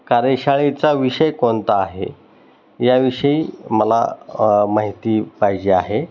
कार्यशाळेचा विषय कोणता आहे याविषयी मला माहिती पाहिजे आहे